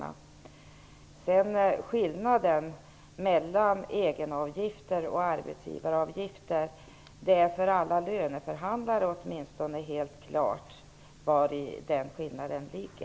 Vari skillnaden mellan egenavgifter och arbetsgivaravgifter ligger är helt klart, åtminstone för alla löneförhandlare.